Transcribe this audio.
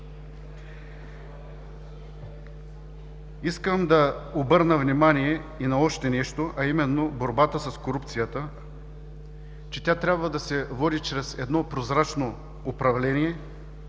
Искам да обърна внимание и на още нещо – борбата с корупцията трябва да се води с прозрачно управление,